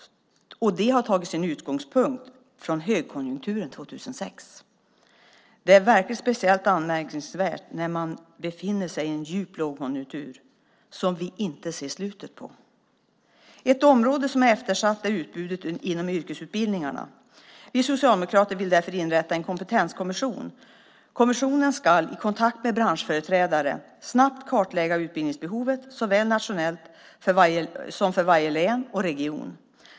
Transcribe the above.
Det har sin utgångspunkt i högkonjunkturen 2006. Det är speciellt anmärkningsvärt när man befinner sig i en djup lågkonjunktur som vi inte ser slutet på. Ett område som är eftersatt är utbudet inom yrkesutbildningarna. Vi socialdemokrater vill därför inrätta en kompetenskommission. Kommissionen ska, i kontakt med branschföreträdare, snabbt kartlägga utbildningsbehovet såväl nationellt som för varje län och region.